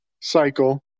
cycle